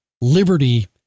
liberty